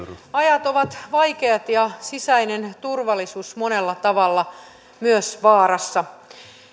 ajat ovat vaikeat ja sisäinen turvallisuus monella tavalla myös vaarassa